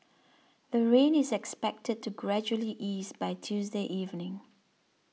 the rain is expected to gradually ease by Tuesday evening